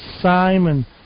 Simon